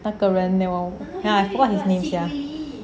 like the nemo ah I forgot his name sia